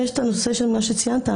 הנושא של מה שציינת,